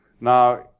Now